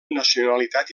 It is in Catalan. nacionalitat